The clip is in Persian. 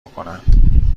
بکنم